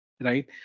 right